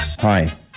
Hi